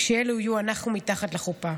כשאלו יהיו אנחנו מתחת לחופה.